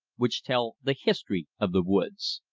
which tell the history of the woods.